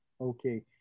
Okay